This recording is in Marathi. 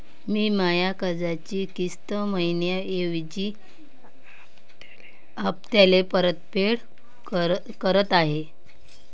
मी माया कर्जाची किस्त मइन्याऐवजी हप्त्याले परतफेड करत आहे